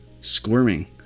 squirming